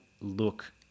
look